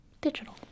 Digital